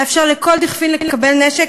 לאפשר לכל דכפין לקבל נשק,